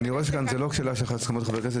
זה לא רק חברי הכנסת,